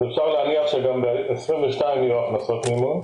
אפשר להניח שגם ב-2022 יהיו הכנסות מימון.